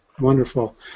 Wonderful